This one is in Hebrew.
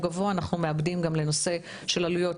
גבוה אנחנו מעבדים גם לנושא של עלויות,